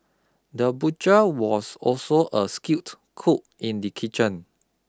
the butcher was also a skilled cook in the kitchen